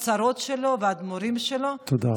חצרות שלו ואדמ"ורים שלו, תודה רבה.